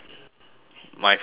my favourite age